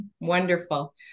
Wonderful